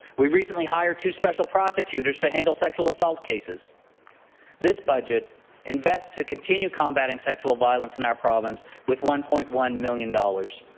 we've recently hired two special prosecutors to handle sexual assault cases this. budget invests to continue combating sexual violence in our province with one point one million dollars.